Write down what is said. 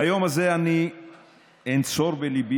ביום הזה אני אנצור בליבי,